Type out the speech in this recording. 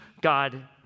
God